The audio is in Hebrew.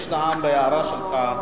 שיש טעם בהערה שלך,